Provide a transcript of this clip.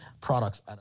products